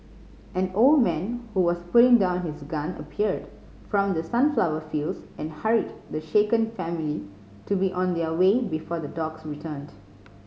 an old man who was putting down his gun appeared from the sunflower fields and hurried the shaken family to be on their way before the dogs returned